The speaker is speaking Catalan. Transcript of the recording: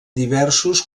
diversos